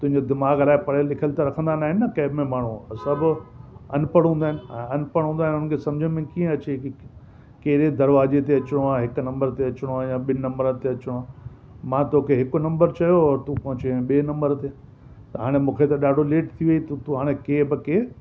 तुंहिंजो दिमाग़ अलाए पढ़ियल लिखियल त रखंदा न आहिनि न कैब में माण्हू सभु अनपढ़ हूंदा आहिनि ऐं अनपढ़ हूंदा आहिनि हुनन खे सम्झ में कीअं अचे की कहिड़े दरवाजे ते अचणो आहे हिक नम्बर ते अचणो आहे या ॿिनि नम्बर ते अचणो आहे मां तोखे हिकु नम्बर चयो और तू पहुची वये ॿिए नम्बर ते हाणे मूंखे त ॾाढो लेट थी वयी तू थो हाणे कैब खे